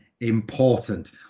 important